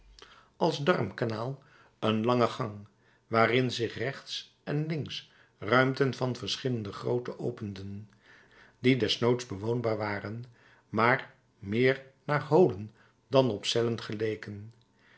als darmkanaal een lange gang waarin zich rechts en links ruimten van verschillende grootte openden die desnoods bewoonbaar waren maar meer naar holen dan op cellen geleken